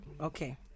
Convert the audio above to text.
okay